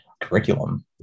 curriculum